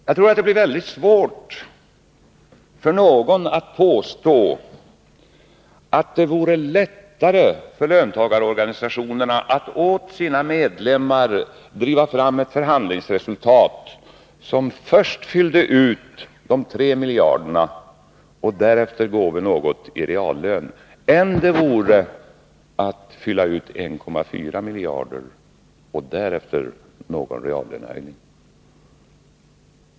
Jag tror att det blir väldigt svårt för någon att påstå att det vore lättare för löntagarorganisationerna att åt sina medlemmar driva fram ett förhandlingsresultat som först fyllde ut de 3 miljarderna och därefter gåve något i reallön än det vore att fylla ut 1,4 miljarder och därefter någon reallönehöjning.